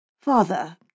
Father